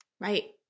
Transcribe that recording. right